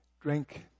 drink